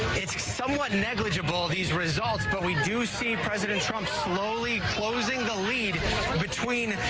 somewhat negligible these results but we do see president trump slowly closing the lead between.